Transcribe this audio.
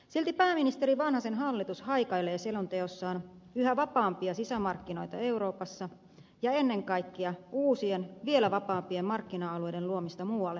silti pääministeri vanhasen hallitus haikailee selonteossaan yhä vapaampia sisämarkkinoita euroopassa ja ennen kaikkea uusien vielä vapaampien markkina alueiden luomista muualle maailmaan